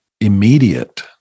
immediate